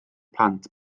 plant